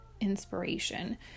inspiration